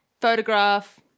Photograph